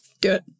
Good